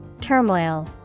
Turmoil